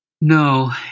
No